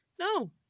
No